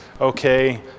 Okay